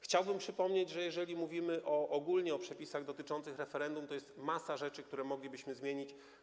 Chciałbym przypomnieć, jeżeli mówimy ogólnie o przepisach dotyczących referendum, że jest masa rzeczy, które moglibyśmy zmienić.